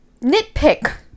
nitpick